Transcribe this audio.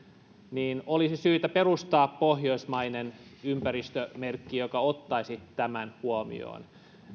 olisi syytä perustaa pohjoismainen ympäristömerkki joka ottaisi tämän huomioon